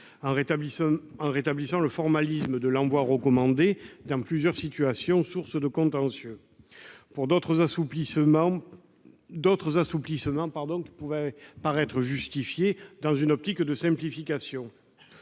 en rétablissant le formalisme de l'envoi recommandé dans plusieurs situations sources de contentieux. D'autres assouplissements pouvaient paraître justifiés dans une perspective de simplification.